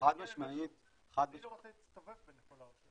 אני לא צריך להסתובב בין כל הרשויות.